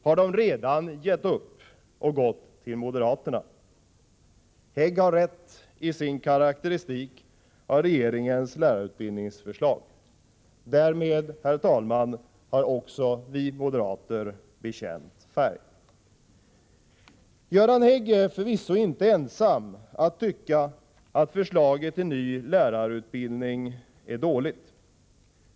Har de redan givit upp och gått till moderaterna?” Hägg har rätt i sin karakteristik av regeringens lärarutbildningsförslag. Därmed, herr talman, har också vi moderater bekänt färg. Göran Hägg är förvisso icke ensam om att tycka att förslaget till ny lärarutbildning är dåligt.